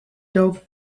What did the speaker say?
dog